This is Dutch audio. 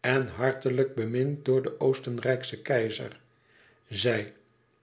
en hartelijk bemind door den oostenrijkschen keizer zij